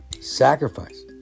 sacrifice